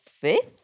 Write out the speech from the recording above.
fifth